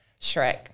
Shrek